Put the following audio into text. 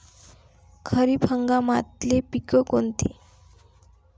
खरीप हंगामातले पिकं कोनते?